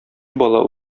бала